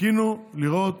חיכינו לראות